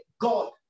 God